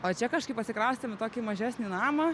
o čia kažkaip atsikraustėm į tokį mažesnį namą